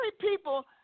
people